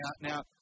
now